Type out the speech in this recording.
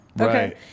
Okay